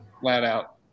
flat-out